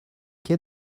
quai